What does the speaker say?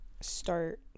start